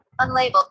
unlabeled